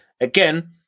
again